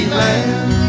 land